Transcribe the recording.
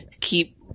keep